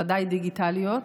ודאי דיגיטליות,